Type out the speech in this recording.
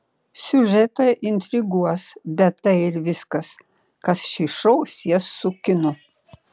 siužetai intriguos bet tai ir viskas kas šį šou sies su kinu